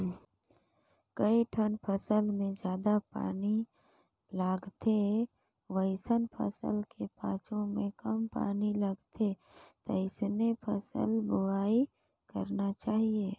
कइठन फसल मे जादा पानी लगथे वइसन फसल के पाछू में कम पानी लगथे तइसने फसल बोवाई करना चाहीये